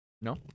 No